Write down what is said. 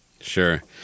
Sure